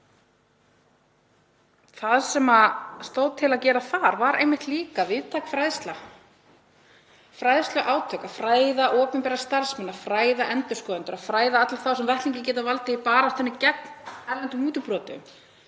Það sem stóð til að gera þar var einmitt líka víðtæk fræðsla, fræðsluátök, að fræða opinbera starfsmenn, fræða endurskoðendur, fræða alla þá sem vettlingi geta valdið í baráttunni gegn erlendum mútubrotum